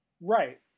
Right